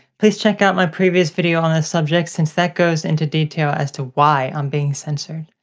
please check out my previous video on this subject since that goes into detail as to why i'm being censored.